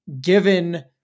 given